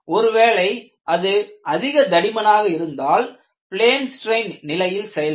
ஒருவேளை அது அதிக தடிமனாக இருந்தால் பிளேன் ஸ்ட்ரெய்ன் நிலையில் செயல்படும்